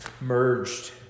merged